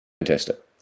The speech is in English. fantastic